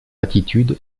attitude